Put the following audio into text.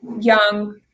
young